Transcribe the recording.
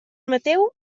mateu